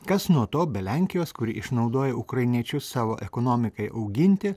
kas nuo to be lenkijos kuri išnaudoja ukrainiečius savo ekonomikai auginti